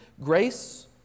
grace